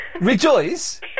Rejoice